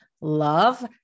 love